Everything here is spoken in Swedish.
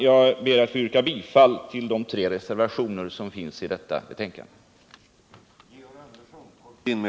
Jag ber att få yrka bifall till de reservationer som fogats till detta betänkande.